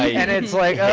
and it's like,